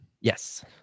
yes